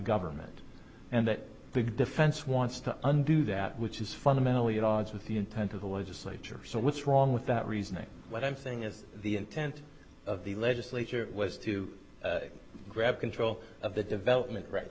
government and that big defense wants to undo that which is fundamentally at odds with the intent of the legislature so what's wrong with that reasoning what i'm saying is the intent of the legislature was to grab control of the development right